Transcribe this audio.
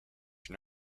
you